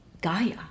Gaia